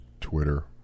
Twitter